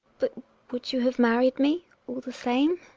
but would you have married me all the same?